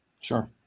sure